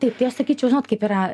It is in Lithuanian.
taip tai aš sakyčiau žinot kaip yra